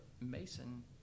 Mason